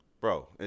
bro